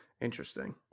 Interesting